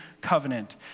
covenant